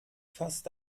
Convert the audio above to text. fast